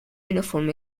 uniform